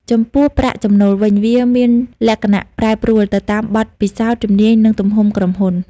ចំពោះប្រាក់ចំណូលវិញ វាមានលក្ខណៈប្រែប្រួលទៅតាមបទពិសោធន៍ ជំនាញ និងទំហំក្រុមហ៊ុន។